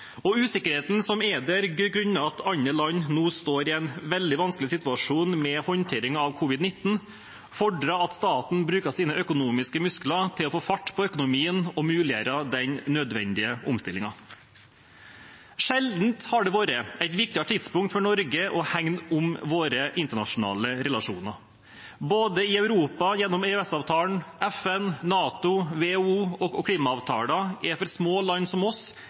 og usikkerheten som er der grunnet at andre land nå står i en veldig vanskelig situasjon med håndteringen av covid-19, fordrer at staten bruker sine økonomiske muskler til å få fart på økonomien og muliggjøre den nødvendige omstillingen. Sjelden har det vært et viktigere tidspunkt for Norge å hegne om våre internasjonale relasjoner, både i Europa gjennom EØS-avtalen og videre gjennom FN, NATO, WHO og klimaavtaler. For små land som oss